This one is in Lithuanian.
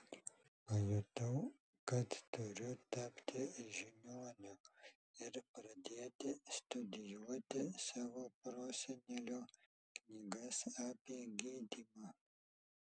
pajutau kad turiu tapti žiniuoniu ir pradėti studijuoti savo prosenelio knygas apie gydymą